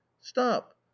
stop